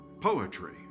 poetry